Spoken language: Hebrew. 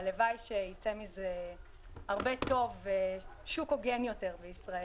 והלוואי שיצא מזה הרבה טוב ושוק הוגן יותר בישראל.